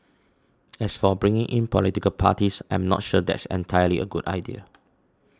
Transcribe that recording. as for bringing in political parties I'm not sure that's entirely a good idea